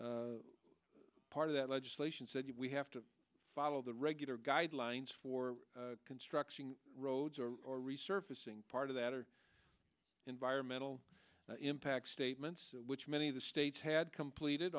part of that legislation said we have to follow the regular guidelines for construction roads or resurfacing part of that or environmental impact statements which many of the state had completed